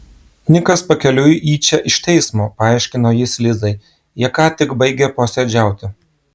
nikas pakeliui į čia iš teismo paaiškino jis lizai jie ką tik baigė posėdžiauti